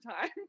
time